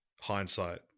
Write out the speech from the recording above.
hindsight